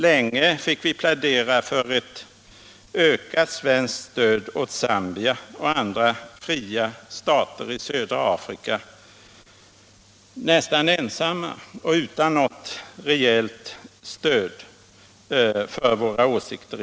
Länge fick vi plädera för ett ökat svenskt bistånd åt Zambia och andra fria stater i södra Afrika nästan ensamma och utan något rejält stöd för våra åsikter.